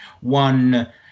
one